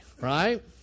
right